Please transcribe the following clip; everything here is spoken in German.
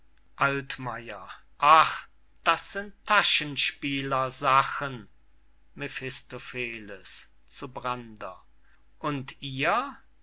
ach das sind taschenspielersachen mephistopheles zu brander und ihr